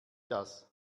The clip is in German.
das